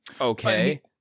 Okay